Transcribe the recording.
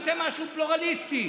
שנעשה משהו פלורליסטי.